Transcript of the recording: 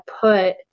put